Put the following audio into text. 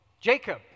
Jacob